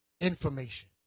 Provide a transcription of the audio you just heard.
Information